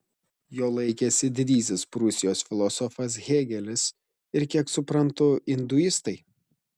jo laikėsi didysis prūsijos filosofas hėgelis ir kiek suprantu induistai